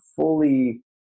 fully